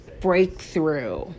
breakthrough